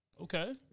okay